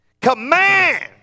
Command